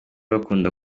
bakunda